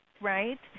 right